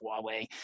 Huawei